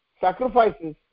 sacrifices